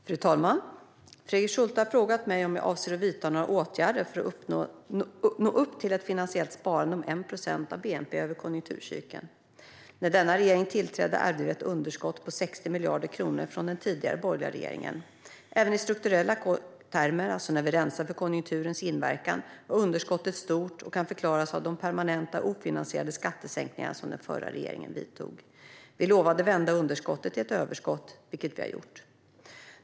Fru talman! Fredrik Schulte har frågat mig om jag avser att vidta några åtgärder för att nå upp till ett finansiellt sparande på 1 procent av bnp över konjunkturcykeln. När denna regering tillträdde ärvde vi ett underskott på 60 miljarder kronor från den tidigare borgerliga regeringen. Även i strukturella termer - det vill säga när vi rensar för konjunkturens inverkan - var underskottet stort, och det kan förklaras av de permanenta ofinansierade skattesänkningar som den förra regeringen genomförde. Vi lovade att vända underskottet till ett överskott, vilket vi har gjort.